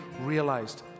realized